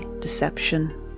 deception